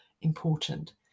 important